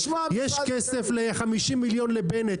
יש 50 מיליון לבנט,